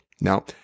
Now